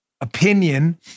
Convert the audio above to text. opinion